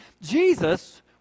Jesus